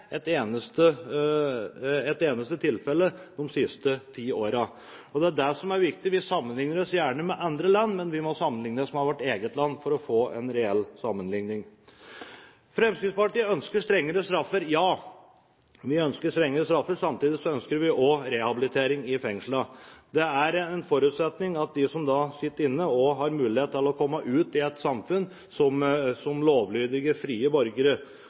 de siste ti årene. Det er det som er viktig. Vi sammenligner oss gjerne med andre land, men vi må sammenligne oss med vårt eget land for å få en reell sammenligning. Fremskrittspartiet ønsker strengere straffer. Ja, vi ønsker strenger straffer, men samtidig ønsker vi også rehabilitering i fengslene. Det er en forutsetning at de som sitter inne, også har mulighet til å komme ut i et samfunn som lovlydige, frie borgere.